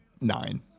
Nine